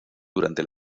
durante